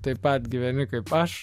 taip pat gyveni kaip aš